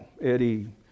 Eddie